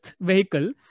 vehicle